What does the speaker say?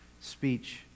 speech